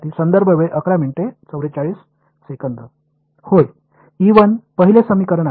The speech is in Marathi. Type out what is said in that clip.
विद्यार्थी होय पहिले समीकरण आहे